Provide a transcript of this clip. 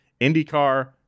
IndyCar